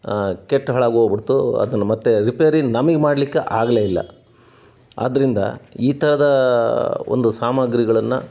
ಕೆಟ್ಟು ಹಾಳಾಗೋಗ್ಬಿಡ್ತು ಅದನ್ನು ಮತ್ತೆ ರಿಪೇರಿ ನಮಗೆ ಮಾಡಲಿಕ್ಕೆ ಆಗಲೇ ಇಲ್ಲ ಆದ್ದರಿಂದ ಈ ಥರದ ಒಂದು ಸಾಮಗ್ರಿಗಳನ್ನು